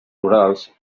rurals